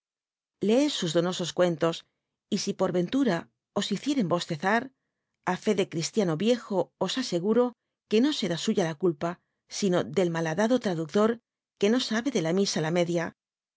leed u clonosos cuentos y i por entura o hiciercn o tezar á f de cristiano viejo os aseguro que no scrit uya la culpa sino ele malhaclnclo traductor qur no abe de la misa la media